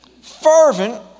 fervent